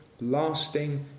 lasting